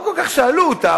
לא כל כך שאלו אותם,